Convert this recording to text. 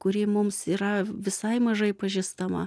kuri mums yra visai mažai pažįstama